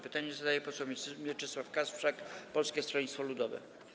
Pytanie zadaje poseł Mieczysław Kasprzak, Polskie Stronnictwo Ludowe.